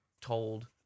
told